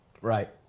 right